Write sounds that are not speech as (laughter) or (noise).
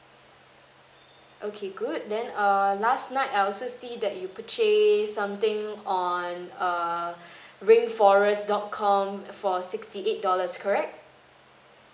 okay good then err last night I also see that you purchase something on err (breath) rainforest dot com for sixty eight dollars correct